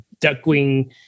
Duckwing